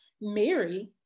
Mary